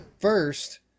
first